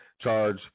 charge